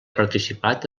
participat